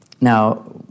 Now